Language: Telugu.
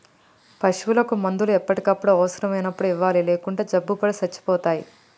పశువులకు మందులు ఎప్పటికప్పుడు అవసరం అయినప్పుడు ఇవ్వాలి లేకుంటే జబ్బుపడి సచ్చిపోతాయి